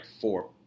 four